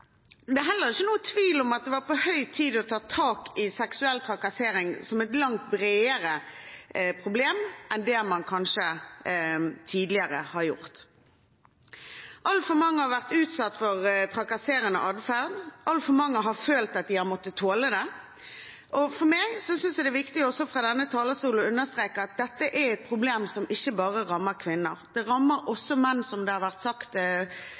Det er heller ingen tvil om at det var på høy tid å ta tak i seksuell trakassering som et langt bredere problem enn det man kanskje tidligere har gjort. Altfor mange har vært utsatt for trakasserende adferd, og altfor mange har følt at de har måttet tåle det. For meg er det viktig å understreke fra denne talerstolen at dette er et problem som ikke bare rammer kvinner. Det rammer også menn, som nevnt tidligere fra talerstolen. Vi vet også at en del homofile har vært